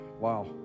wow